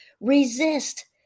resist